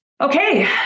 okay